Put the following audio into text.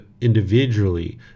individually